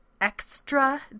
extra